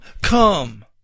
come